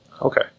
Okay